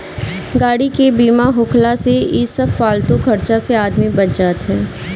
गाड़ी के बीमा होखला से इ सब फालतू खर्चा से आदमी बच जात हअ